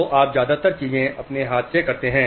तो आप ज्यादातर चीजें अपने हाथ से करते हैं